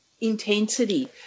intensity